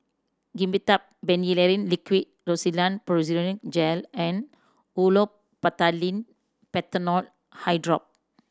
Dimetapp Phenylephrine Liquid Rosiden Piroxicam Gel and Olopatadine Patanol Eyedrop